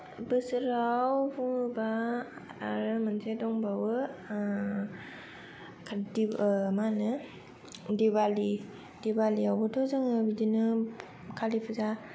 बोसोराव बुङोबा आरो मोनसे दंबावो ओ खाति ओ मा होनो दिवाली दिवालीयावबोथ' जोङो बिदिनो कालि फुजा